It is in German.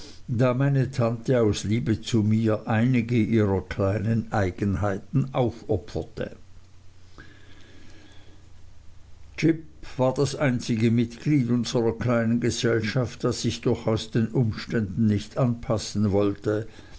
da meine tante aus liebe zu mir einige ihrer kleinen eigenheiten aufopferte jip war das einzige mitglied unserer kleinen gesellschaft das sich durchaus den umständen nicht anpassen wollte